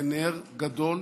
זה נר גדול,